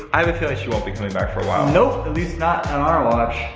i have a feeling she won't be coming back for a while. nope, at least not on our watch.